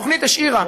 התוכנית השאירה,